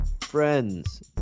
friends